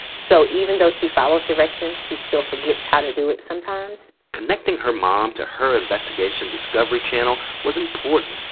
so even though she follows directions, she still forgets how to do it sometimes connecting her mom to her investigation discovery channel was important.